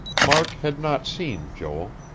mark had not seen joel.